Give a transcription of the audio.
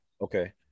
okay